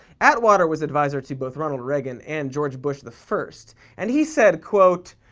atwater was advisor to both ronald reagan and george bush the first, and he said, quote,